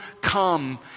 come